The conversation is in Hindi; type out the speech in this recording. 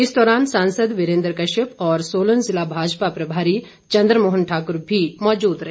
इस दौरान सांसद वीरेंद्र कश्यप और सोलन जिला भाजपा प्रभारी चंद्रमोहन ठाकुर भी मौजूद रहे